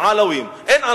הם עלאווים.